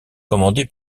commandée